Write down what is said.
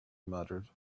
muttered